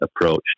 approach